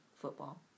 football